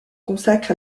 consacre